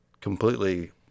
completely